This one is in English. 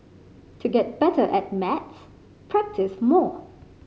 to get better at maths practise more